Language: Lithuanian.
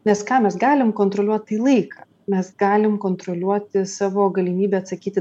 nes ką mes galim kontroliuot tai laiką mes galim kontroliuoti savo galimybę atsakyti